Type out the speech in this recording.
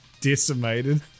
decimated